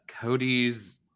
Cody's